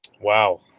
Wow